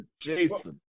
Jason